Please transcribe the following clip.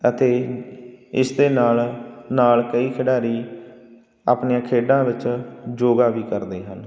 ਅਤੇ ਇਸ ਦੇ ਨਾਲ ਨਾਲ ਕਈ ਖਿਡਾਰੀ ਆਪਣੀਆਂ ਖੇਡਾਂ ਵਿੱਚ ਯੋਗਾ ਵੀ ਕਰਦੇ ਹਨ